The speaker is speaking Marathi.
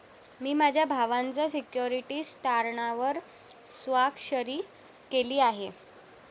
मी माझ्या भावाच्या सिक्युरिटीज तारणावर स्वाक्षरी केली आहे